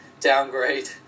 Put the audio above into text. Downgrade